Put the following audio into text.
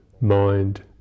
mind